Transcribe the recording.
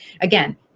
again